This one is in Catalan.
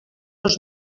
dos